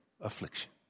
affliction